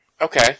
Okay